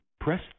press